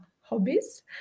hobbies